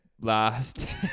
last